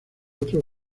otros